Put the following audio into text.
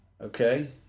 Okay